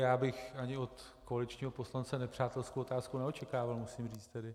Já bych ani od koaličního poslance nepřátelskou otázku neočekával, musím tedy říci.